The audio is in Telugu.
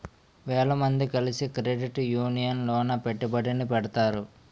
వేల మంది కలిసి క్రెడిట్ యూనియన్ లోన పెట్టుబడిని పెడతారు